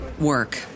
work